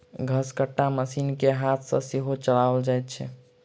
घसकट्टा मशीन के हाथ सॅ सेहो चलाओल जाइत छै